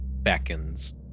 beckons